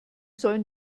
sollen